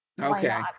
Okay